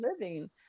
living